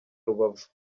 rubavu